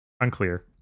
Unclear